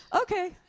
Okay